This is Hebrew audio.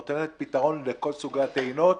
נותנת פתרון לכל סוגי הטעינות,